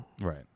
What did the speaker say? Right